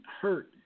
hurt